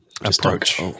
approach